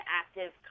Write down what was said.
active